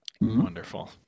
Wonderful